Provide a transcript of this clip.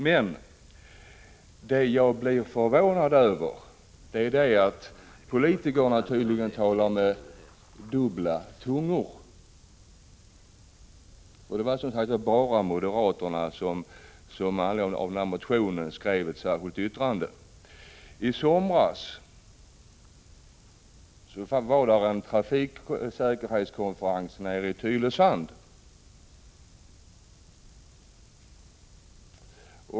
Men det jag blev förvånad över är att politiker tydligen talar med dubbla tungor. Det var bara moderaterna som med anledning av min motion skrev ett särskilt yttrande. I somras hade man en trafiksäkerhetskonferens i Tylösand.